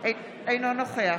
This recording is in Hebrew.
אינו נוכח